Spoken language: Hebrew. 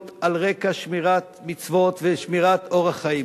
על רקע שמירת מצוות ושמירת אורח חיים.